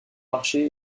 marcher